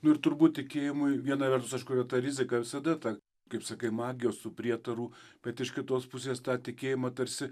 nu ir turbūt tikėjimui viena vertus aišku yra ta rizika visada ta kaip sakai magijos tų prietarų bet iš kitos pusės tą tikėjimą tarsi